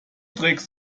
trägst